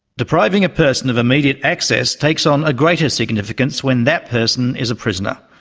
depriving a person of immediate access takes on a greater significance when that person is a prisoner.